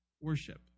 worship